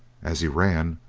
as he ran,